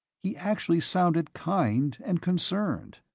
he actually sounded kind and concerned.